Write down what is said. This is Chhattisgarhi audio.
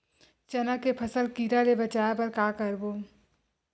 चना के फसल कीरा ले बचाय बर का करबो?